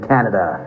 Canada